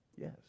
yes